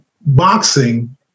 boxing